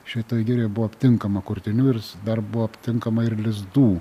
šitoj girioj buvo aptinkama kurtinių ir dar buvo aptinkama ir lizdų